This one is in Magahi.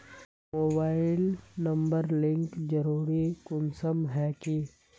मोबाईल नंबर लिंक जरुरी कुंसम है की?